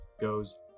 goes